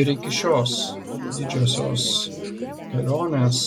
ir iki šios didžiosios kelionės